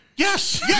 Yes